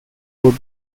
could